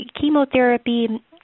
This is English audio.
chemotherapy